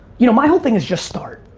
you know, my whole thing is just start.